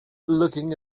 looking